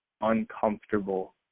uncomfortable